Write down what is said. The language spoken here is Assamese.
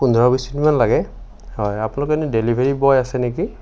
পোন্ধৰ বিশ মিনিটমান লাগে হয় আপোনালোকৰ এনেই ডেলিভাৰী বয় আছে নেকি